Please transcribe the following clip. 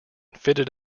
fitted